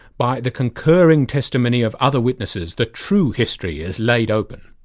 by the concurring testimony of other witnesses, the true history is laid open.